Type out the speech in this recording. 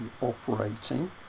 operating